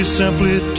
simply